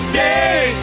day